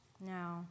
No